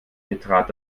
betrat